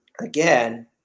again